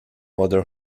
mother